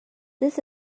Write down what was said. this